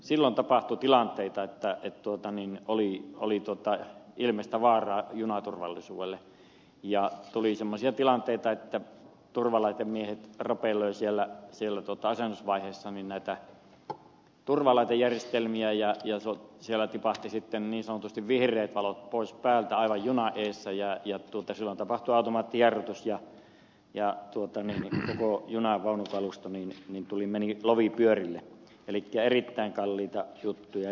silloin tapahtui tilanteita että pituutta niin oli oli totta ilmeistä vaaraa oli junaturvallisuudelle ja tuli semmoisia tilanteita että turvalaitemiehet ropeloivat siellä asennusvaiheessa turvalaitejärjestelmiä ja siellä tipahtivat niin sanotusti vihreät valot päältä aivan junan edessä ja silloin tapahtui automaattijarrutus ja koko junanvaunukalusto meni lovipyörille elikkä erittäin kalliita juttuja